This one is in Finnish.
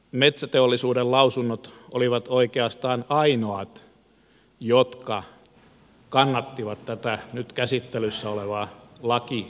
metsäteollisuuden lausunnot olivat oikeastaan ainoat jotka kannattivat tätä nyt käsittelyssä olevaa lakiesitystä